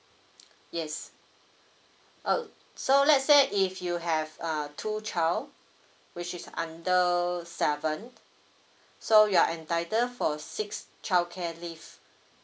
yes uh so let's say if you have uh two child which is under seven so you're entitled for six childcare leave